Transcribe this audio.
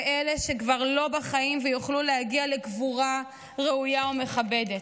ואלה שכבר לא בחיים יוכלו להגיע לקבורה ראויה ומכבדת.